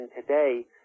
today